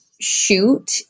shoot